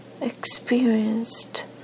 experienced